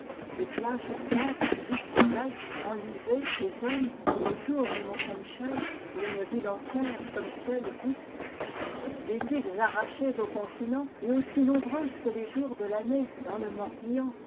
des plages mouvantes où disparaissent enlisés des hommes comme autour du mont saintmichel ou une ville entière comme celle d'ys des îles arrachées au continent et aussi nombreuses que les jours de l'année dans le